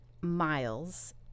miles